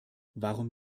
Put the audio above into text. warum